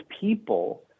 people